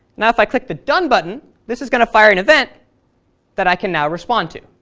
now if i click the done button this is going to fire an event that i can now respond to.